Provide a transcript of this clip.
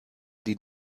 die